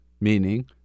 meaning